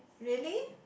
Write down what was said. really